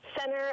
Center